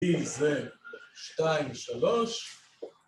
‫היא זה שתיים-שלוש.